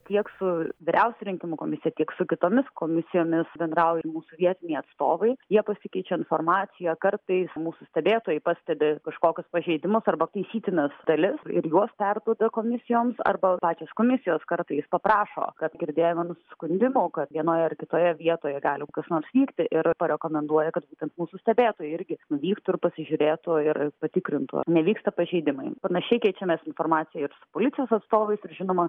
tiek su vyriausia rinkimų komisija tiek su kitomis komisijomis bendrauja mūsų vietiniai atstovai jie pasikeičia informacija kartais mūsų stebėtojai pastebi kažkokius pažeidimus arba taisytinas dalis ir juos perduoda komisijoms arba pačios komisijos kartais paprašo kad girdėjome nusiskundimų kad vienoje ar kitoje vietoje gali kas nors vykti ir parekomenduoja kad būtent mūsų stebėtojai irgi nuvyktų ir pasižiūrėtų ir patikrintų ar nevyksta pažeidimai panašiai keičiamės informacija ir su policijos atstovais ir žinoma